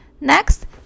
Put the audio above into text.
Next